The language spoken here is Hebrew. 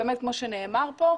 כמו שנאמר כאן,